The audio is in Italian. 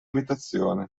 abitazioni